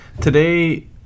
today